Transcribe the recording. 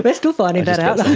but still finding that out.